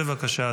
בבקשה,